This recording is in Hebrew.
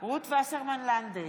רות וסרמן לנדה,